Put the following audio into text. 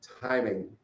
timing